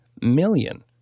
million